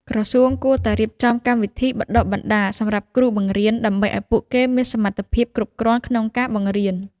ក្រសួងគួរតែរៀបចំកម្មវិធីបណ្តុះបណ្តាលសម្រាប់គ្រូបង្រៀនដើម្បីឱ្យពួកគេមានសមត្ថភាពគ្រប់គ្រាន់ក្នុងការបង្រៀន។